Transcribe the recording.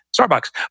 Starbucks